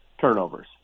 turnovers